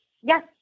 Yes